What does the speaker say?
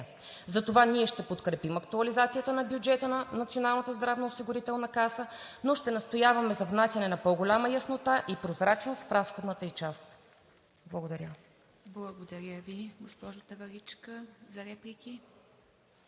Затова ние ще подкрепим актуализацията на бюджета на Националната здравноосигурителна каса, но ще настояваме за внасяне на по-голяма яснота и прозрачност в разходната ѝ част. Благодаря. ПРЕДСЕДАТЕЛ ИВА МИТЕВА: Благодаря Ви, госпожо Таваличка. За реплики?